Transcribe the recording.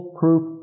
proof